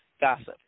Gossip